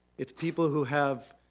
it's people who have